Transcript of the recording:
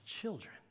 children